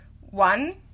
One